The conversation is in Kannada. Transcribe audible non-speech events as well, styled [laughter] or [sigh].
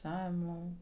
[unintelligible]